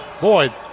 Boy